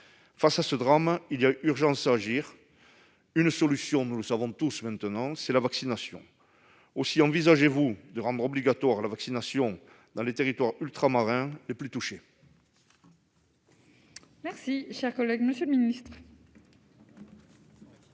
Face à ce drame, il y a urgence à agir, et la solution, nous le savons tous maintenant, c'est la vaccination. Aussi, envisagez-vous de rendre obligatoire la vaccination dans les territoires ultramarins les plus touchés